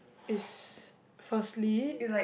is firstly